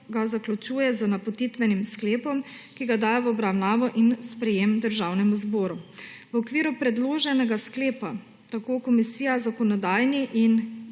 zaključuje z napotitvenim sklepom, ki ga daje v obravnavo in sprejem Državnemu zboru. V okviru predloženega sklepa tako komisija zakonodajni in